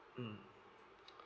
mm